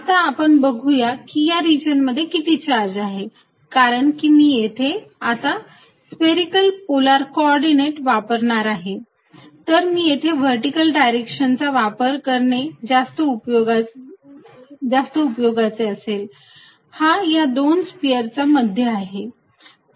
आता आपण बघुया की या रिजन मध्ये किती चार्ज आहे कारण की मी येथे आता स्पेरिकेल पोलार को ऑर्डिनेट वापरणार आहे तर मी येथे व्हर्टिकल डायरेक्शन चा वापर करणे जास्त उपयोगाचे असेल हा या दोन स्पियरचा मध्य आहे